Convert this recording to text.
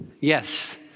Yes